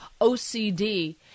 OCD